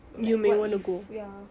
like what if ya